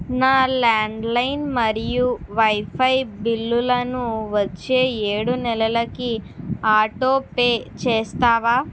నా ల్యాండ్లైన్ మరియు వైఫై బిల్లులను వచ్చే ఏడు నెలలకి ఆటోపే చేస్తావా